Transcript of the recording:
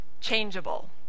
changeable